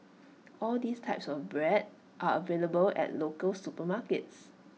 all these types of bread are available at local supermarkets